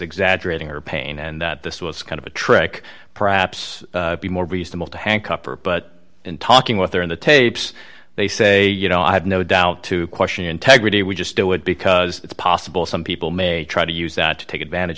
exaggerating her pain and that this was kind of a trick perhaps be more reasonable to handcuff her but in talking with her in the tapes they say you know i have no doubt to question integrity we just do it because it's possible some people may try to use that to take advantage